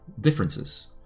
differences